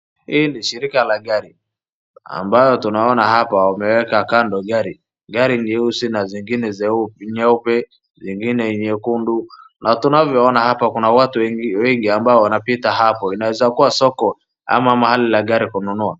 Hii ni shirika ya gari ambayo tunaona hapa wameweka kando gari. Gari nyeusi na zingine nyeupe, zingine nyekundu na tunavyoona hapa kuna watu wengi ambao wanapita hapo inaweza kuwa soko ama mahali la gari kununua.